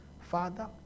Father